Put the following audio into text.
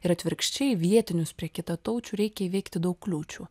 ir atvirkščiai vietinius prie kitataučių reikia įveikti daug kliūčių